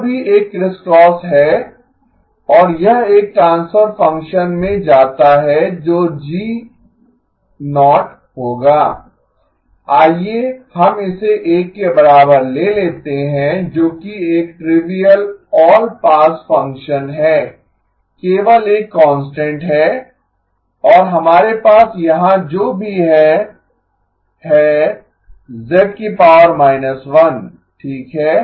यह भी एक क्रिस्क्रॉस है और यह एक ट्रांसफर फ़ंक्शन में जाता है जो G0 होगा आइए हम इसे 1 के बराबर ले लेते हैं जोकि एक ट्रिविअल ऑल पास फ़ंक्शन है केवल एक कांस्टेंट है और हमारे पास यहां जो भी है है z 1 ठीक है